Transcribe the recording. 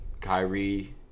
Kyrie